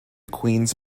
queens